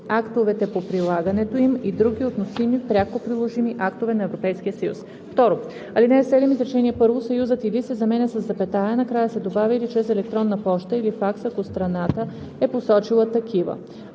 актовете по прилагането им и други относими пряко приложими актове на Европейския съюз“. 2. В ал. 7, изречение първо съюзът „или“ се заменя със запетая, а накрая се добавя „или чрез електронна поща или факс, ако страната е посочила такива“.“